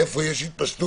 ואיפה יש התפשטות,